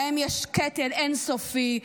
שבהם יש קטל אין-סופי,